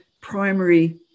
primary